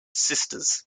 sisters